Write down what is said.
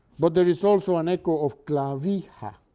but there is also an echo of clavija,